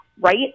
Right